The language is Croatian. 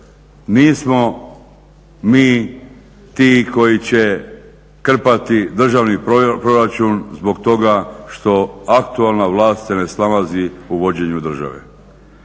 Nismo mi ti koji će krpati državni proračun zbog toga što aktualna vlast se ne snalazi u vođenju države.